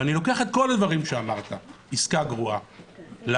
ואני לוקח את כל הדברים שאמרת עסקה גרועה למשק,